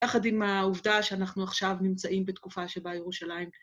יחד עם העובדה שאנחנו עכשיו נמצאים בתקופה שבה ירושלים.